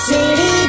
City